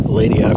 lady